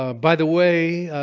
ah by the way,